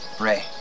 Ray